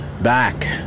back